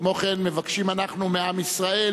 כמו כן מבקשים אנחנו מעם ישראל,